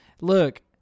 look